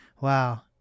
wow